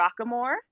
Rockamore